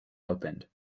opened